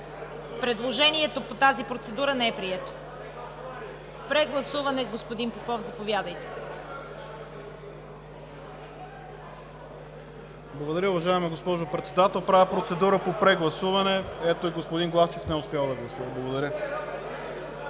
Предложението по тази процедура не е прието. Прегласуване. Господин Попов, заповядайте. ФИЛИП ПОПОВ: Благодаря, уважаема госпожо Председател. Правя процедура по прегласуване. (Шум и реплики.) Ето, и господин Главчев не е успял да гласува. Благодаря